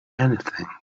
anything